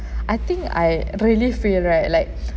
I think I really feel right like